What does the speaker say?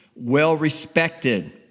well-respected